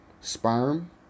sperm